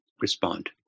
respond